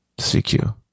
CQ